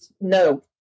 no